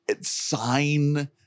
sign